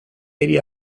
hiri